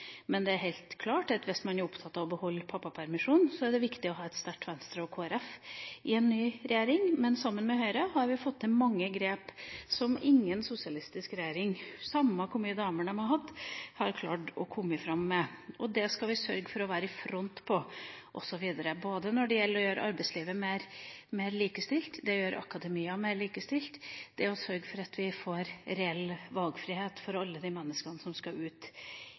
men vi har fått til veldig mye innenfor dette feltet de siste 130 årene. Vi kommer til å stå på for det også videre. Det er helt klart at hvis man er opptatt av å beholde pappapermisjonen, er det viktig å ha et sterkt Venstre og Kristelig Folkeparti i en ny regjering. Men sammen med Høyre har vi fått til mange grep som ingen sosialistisk regjering, samme hvor mange damer de har hatt, har klart å komme fram med. Vi skal sørge for å være i front på det også videre, både når det gjelder å gjøre arbeidslivet mer likestilt, å gjøre akademia mer likestilt, og å sørge for